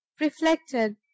reflected